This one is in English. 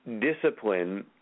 discipline